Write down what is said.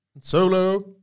Solo